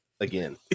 Again